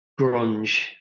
grunge